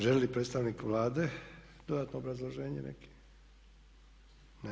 Želi li predstavnik Vlade dodatno obrazloženje neki?